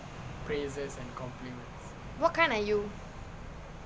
what kind are you